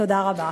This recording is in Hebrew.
תודה רבה.